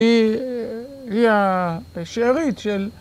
‫היא השארית של...